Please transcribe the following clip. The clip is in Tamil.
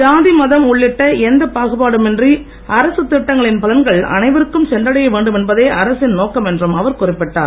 சாதி மதம் உள்ளிட்ட எந்தப் பாகுபாடும் இன்றி அரசுத் திட்டங்களின் பலன்கள் அனைவருக்கும் சென்றடைய வேண்டும் என்பதே அரசின் நோக்கம் என்றும் அவர் குறிப்பிட்டார்